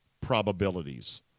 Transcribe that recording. probabilities